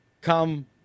come